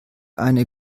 eine